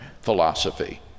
philosophy